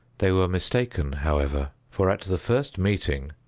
they were mistaken, however, for, at the first meeting,